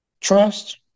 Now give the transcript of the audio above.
trust